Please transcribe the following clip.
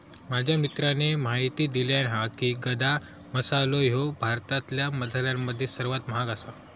माझ्या मित्राने म्हायती दिल्यानं हा की, गदा मसालो ह्यो भारतातल्या मसाल्यांमध्ये सर्वात महाग आसा